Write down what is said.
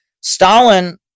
Stalin